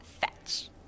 fetch